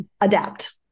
adapt